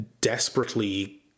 desperately